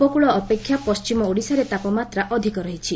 ଉପକୃଳ ଅପେକ୍ଷା ପଛିମ ଓଡ଼ିଶାରେ ତାପମାତ୍ରା ଅଧିକ ରହିଛି